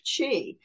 chi